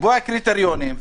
-- לקבוע קריטריונים,